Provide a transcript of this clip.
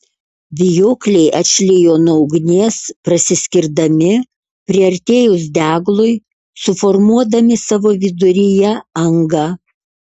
vijokliai atšlijo nuo ugnies prasiskirdami priartėjus deglui suformuodami savo viduryje angą